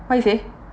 what you say